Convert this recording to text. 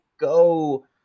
go